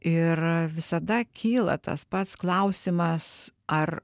ir visada kyla tas pats klausimas ar